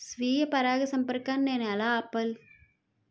స్వీయ పరాగసంపర్కాన్ని నేను ఎలా ఆపిల్?